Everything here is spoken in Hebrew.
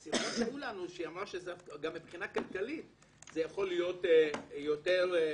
בשיחות שהיו לנו הבנתי שגם מבחינה כלכלית זה יכול להיות יותר חסכני.